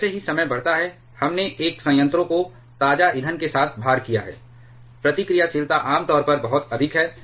जैसे ही समय बढ़ता है हमने एक संयंत्रों को ताजा ईंधन के साथ भार किया है प्रतिक्रियाशीलता आम तौर पर बहुत अधिक है